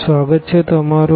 સ્વાગત છે તમારું